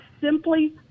simply